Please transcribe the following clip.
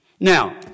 Now